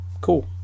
cool